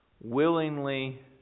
willingly